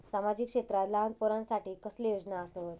सामाजिक क्षेत्रांत लहान पोरानसाठी कसले योजना आसत?